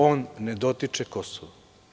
On ne dotiče Kosovo.